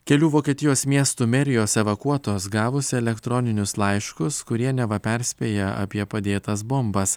kelių vokietijos miestų merijos evakuotos gavus elektroninius laiškus kurie neva perspėja apie padėtas bombas